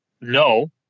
no